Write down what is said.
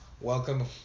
welcome